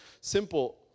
Simple